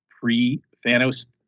pre-Thanos